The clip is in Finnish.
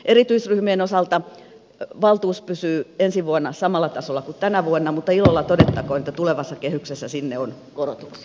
erityisryhmien osalta valtuus pysyy ensi vuonna samalla tasolla kuin tänä vuona mutta ilolla todettakoon että tulevassa kehyksessä sinne on korotuksia